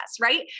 Right